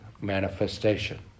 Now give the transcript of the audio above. manifestation